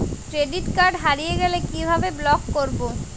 Credit card হারিয়ে গেলে কি ভাবে ব্লক করবো?